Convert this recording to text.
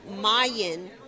Mayan